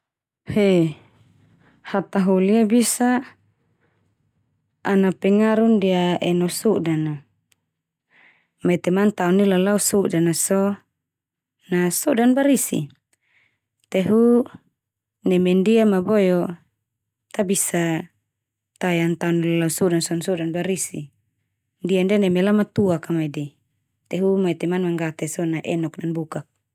He, hataholi ia bisa ana pengaruh ndia eno sodan na. Metema an tao neulalau sodan na so, na sodan barisi. Te hu neme ndia mai boe o ta bisa tae an tao neulalau sodan so na sodan barisi. Ndia-ndia neme Lamatuak ka mai de. Te hu metema an manggate so na enok nanbukak.